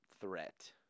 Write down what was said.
threat